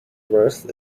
verse